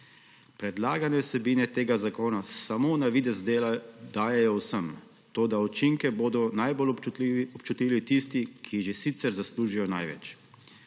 Predlagane vsebine tega zakona samo na videz dajejo vsem, toda učinke bodo najbolj občutili tisti, ki že sicer zaslužijo največ.